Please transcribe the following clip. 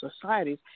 societies